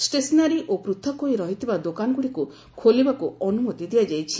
stationery ଓ ପୃଥକ ହୋଇ ରହିଥିବା ଦୋକାନଗୁଡ଼ିକୁ ଖୋଲିବାକୁ ଅନୁମତି ଦିଆଯାଇଛି